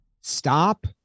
Stop